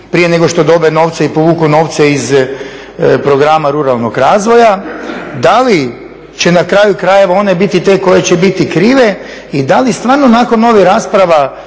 prije nego dobiju novce i povuku novce iz programa ruralnog razvoja, da li će na kraju krajeva one biti te koje će biti krive i da li stvarno nakon ovih rasprava